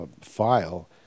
file